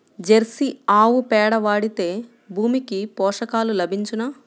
Jersey ఆవు పేడ వాడితే భూమికి పోషకాలు లభించునా?